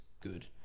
good